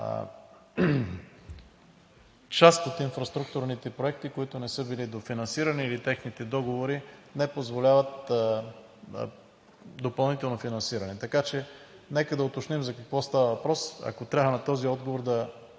част от инфраструктурните проекти, които не са били дофинансирани, или техните договори не позволяват допълнително финансиране. Така че нека да уточним за какво става въпрос. Ако трябва да поканим